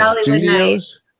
Studios